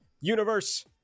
universe